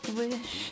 wish